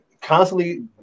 Constantly